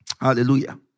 Hallelujah